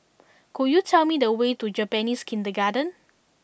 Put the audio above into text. could you tell me the way to Japanese Kindergarten